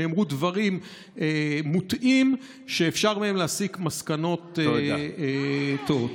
נאמרו דברים מוטעים שאפשר מהם להסיק מסקנות מוטעות.